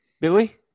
billy